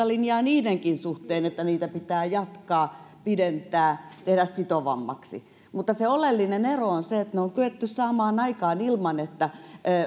linjaa niidenkin suhteen että niitä pitää jatkaa pidentää tehdä sitovammaksi mutta se oleellinen ero on se että ne on kyetty saamaan aikaan ilman että